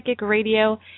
radio